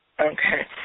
Okay